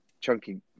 chunky